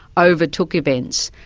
overtook events.